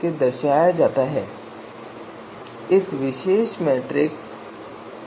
और आदर्श सामान्यीकरण में जहां हम मानदंड की वरीयता दिशा के आधार पर या तो अधिकतम स्कोर या न्यूनतम स्कोर से विभाजित करते हैं